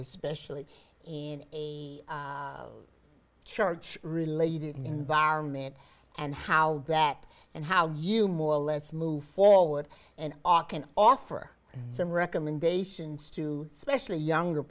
especially in the church related environment and how that and how you more or less move forward and are can offer some recommendations to specially younger